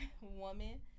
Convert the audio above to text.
woman